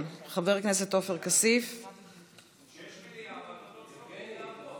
כשיש מליאה ויש ועדת כספים,